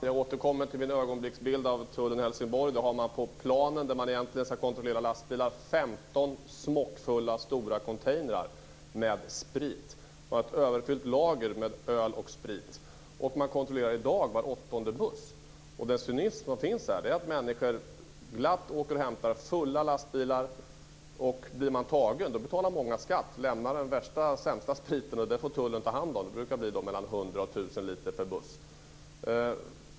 Fru talman! Jag återkommer till min ögonblicksbild av tullen i Helsingborg. På den plan där man egentligen ska kontrollera lastbilar har man 15 smockfulla stora containrar med sprit och ett överfyllt lager med öl och sprit. Man kontrollerar i dag var åttonde buss. Den cynism som finns här är att människor glatt åker och hämtar fulla lastbilar. Blir man tagen så betalar många skatt och lämnar den sämsta spriten till tullen att ta hand om - det brukar bli mellan 100 och 1 000 liter per buss.